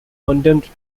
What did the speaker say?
condemned